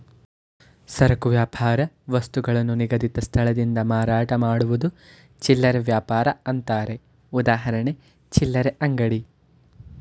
ಸರಕು ವ್ಯಾಪಾರ ವಸ್ತುಗಳನ್ನು ನಿಗದಿತ ಸ್ಥಳದಿಂದ ಮಾರಾಟ ಮಾಡುವುದು ಚಿಲ್ಲರೆ ವ್ಯಾಪಾರ ಅಂತಾರೆ ಉದಾಹರಣೆ ಚಿಲ್ಲರೆ ಅಂಗಡಿ